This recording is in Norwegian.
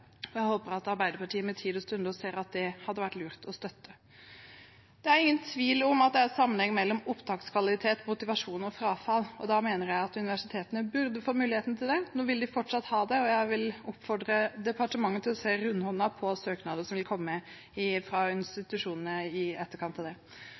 hadde vært lurt å støtte. Det er ingen tvil om at det er sammenheng mellom opptakskvalitet, motivasjon og frafall, og da mener jeg at universitetene burde få muligheten til det. Nå vil de fortsatt ha det, og jeg vil oppfordre departementet til å se rundhåndet på søknader som vil komme fra institusjonene i etterkant av det.